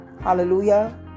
Hallelujah